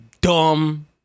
dumb